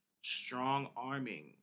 strong-arming